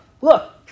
look